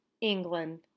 England